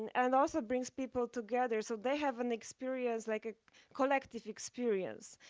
and also brings people together, so they have an experience, like a collective experience.